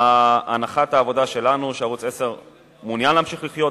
הנחת העבודה שלנו היא שערוץ-10 מעוניין להמשיך לחיות.